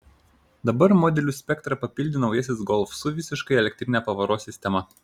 dabar modelių spektrą papildė naujasis golf su visiškai elektrine pavaros sistema